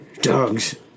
Dogs